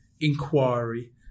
inquiry